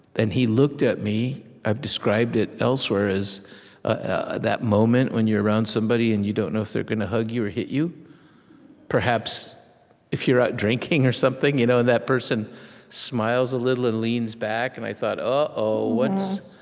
and he looked at me i've described it elsewhere as ah that moment when you're around somebody, and you don't know if they're gonna hug you or hit you perhaps if you're out drinking or something, you know and that person smiles a little and leans back. and i thought, uh-oh, what's,